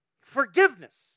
Forgiveness